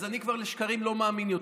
אז אני כבר לשקרים לא מאמין יותר.